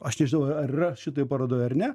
aš nežinau ar yra šitoj parodoj ar ne